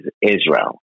Israel